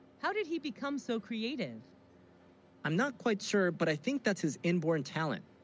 how, did he become so creative i'm not quite sure but, i think, that's his inborn talent